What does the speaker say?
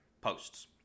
posts